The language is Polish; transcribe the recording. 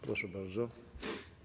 Proszę bardzo.